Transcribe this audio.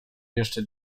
jeszcze